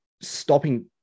stopping